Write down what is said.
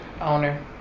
Owner